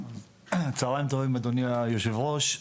צוהריים טובים אדוני היושב ראש.